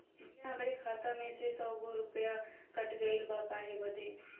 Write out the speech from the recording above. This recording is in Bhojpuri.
भईया हमरे खाता मे से सौ गो रूपया कट गइल बा काहे बदे?